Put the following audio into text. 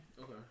Okay